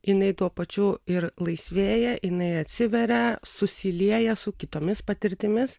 jinai tuo pačiu ir laisvėja jinai atsiveria susilieja su kitomis patirtimis